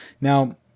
Now